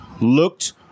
looked